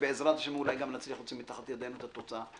ובעזרת השם אולי גם נצליח להוציא מתחת ידינו את התוצאה.